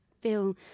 feel